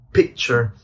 picture